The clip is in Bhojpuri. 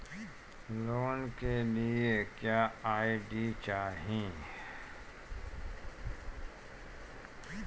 लोन के लिए क्या आई.डी चाही?